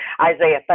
Isaiah